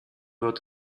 wird